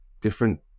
different